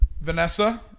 Vanessa